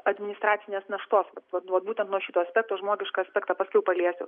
administracinės naštos vat nuo šito aspekto žmogišką aspektą paskui paliesiu